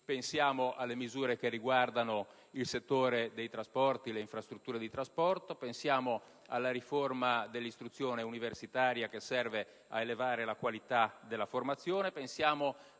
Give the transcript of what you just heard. pensiamo alle misure che riguardano il settore dei trasporti e delle relative infrastrutture; pensiamo alla riforma dell'istruzione universitaria, che serve ad elevare la qualità della formazione; pensiamo